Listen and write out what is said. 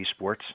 esports